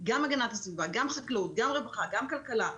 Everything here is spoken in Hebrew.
גם הגנת הסביבה, גם חקלאות, גם רווחה, גם כלכלה.